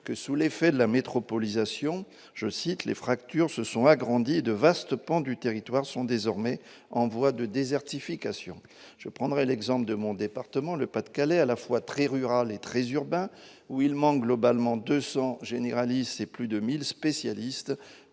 que, sous l'effet de la métropolisation, je cite, les fractures se sont agrandies et de vastes pans du territoire sont désormais en voie de désertification, je prendrai l'exemple de mon département, le Pas-de-Calais, à la fois très rural et très urbain ou il ment globalement 200 généralistes et plus de 1000 spécialistes